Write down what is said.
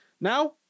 Now